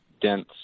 dense